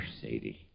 Sadie